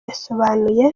yasobanuye